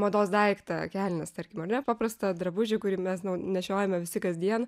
mados daiktą kelnes tarkim ar ne paprastą drabužį kurį mes nešiojame visi kasdien